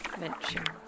mentioned